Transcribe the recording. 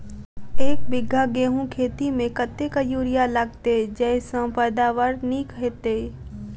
एक बीघा गेंहूँ खेती मे कतेक यूरिया लागतै जयसँ पैदावार नीक हेतइ?